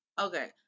Okay